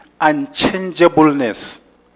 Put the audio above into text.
unchangeableness